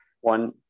one